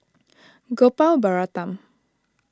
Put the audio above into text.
Gopal Baratham